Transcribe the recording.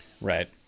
right